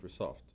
Microsoft